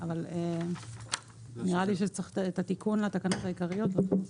נראה לי שצריך את התיקון לתקנות העיקריות.